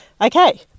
Okay